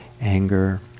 anger